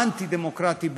האנטי-דמוקרטי,